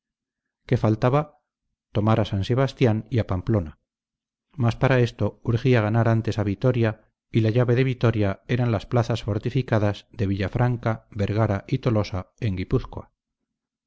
qué faltaba tomar a san sebastián y a pamplona mas para esto urgía ganar antes a vitoria y la llave de vitoria eran las plazas fortificadas de villafranca vergara y tolosa en